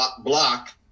block